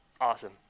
awesome